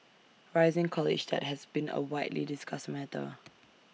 rising college debt has been A widely discussed matter